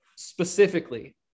specifically